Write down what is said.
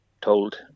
told